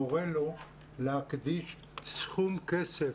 מורה לו, להקדיש סכום כסף,